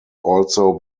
also